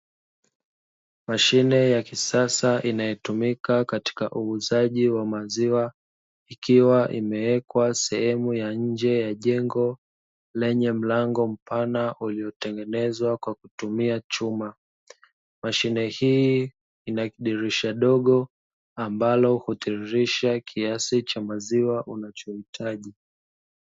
Mashine ya kisasa inayotumika katika uuzaji wa maziwa, ikiwa imewekwa sehemu ya nje ya jengo lenye mlango mpana uliotengenezwa kwa kutumia chuma. Mashine hii, inakidirisha kidogo ambalo hutiririsha kiasi cha maziwa unachohitaji.